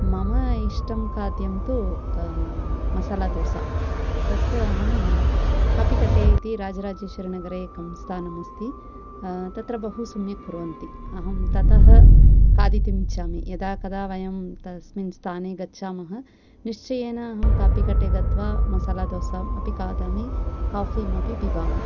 मम इष्टं खाद्यं तु मसाला दोसा तत्र अहं कापि कटे इति राजराजेश्वर नगरे एकं स्थानम् अस्ति तत्र बहु सम्यक् कुर्वन्ति अतः अहं ततः खादितुम् इच्छामि यदा कदा वयं तस्मिन् स्थाने गच्छामः निश्चयेन अहं कापि कटे गत्वा मसाला दोसाम् अपि खादामि काफिमपि पिबामि